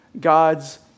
God's